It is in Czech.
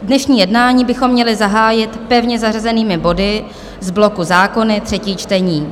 Dnešní jednání bychom měli zahájit pevně zařazenými body z bloku zákony třetí čtení.